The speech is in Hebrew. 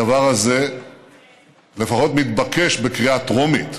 הדבר הזה מתבקש לפחות בקריאה טרומית,